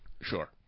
Sure